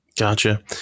Gotcha